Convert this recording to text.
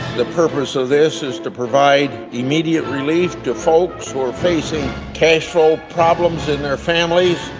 the purpose of this is to provide immediate relief to folks who are facing casel problems in their families,